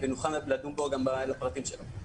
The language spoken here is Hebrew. ואז נוכל לדון גם על הפרטים שלו.